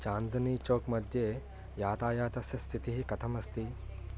चान्दनी चोक् मध्ये यातायातस्य स्थितिः कथम् अस्ति